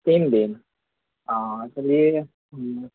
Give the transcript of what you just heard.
تین دن ہاں تو یہ ہوں